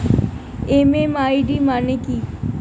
MMID মানে কি?